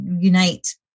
unite